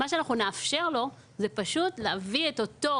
מה שאנחנו נאפשר לו זה פשוט להביא את אותה